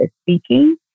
speaking